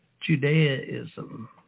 Judaism